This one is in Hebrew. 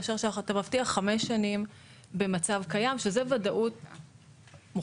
מאשר אתה מבטיח חמש שנים במצב קיים שזו ודאות מוחלטת,